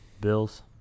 Bills